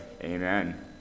amen